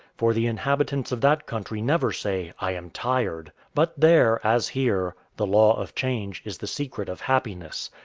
for the inhabitants of that country never say, i am tired. but there, as here, the law of change is the secret of happiness,